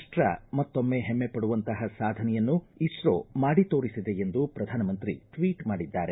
ರಾಷ್ಟ ಮತ್ತೊಮ್ಮೆ ಹೆಮ್ಮಪಡುವಂತಹ ಸಾಧನೆಯನ್ನು ಇಸ್ತೋ ಮಾಡಿ ತೋರಿಸಿದೆ ಎಂದು ಪ್ರಧಾನಮಂತ್ರಿ ಟ್ವೀಟ್ ಮಾಡಿದ್ದಾರೆ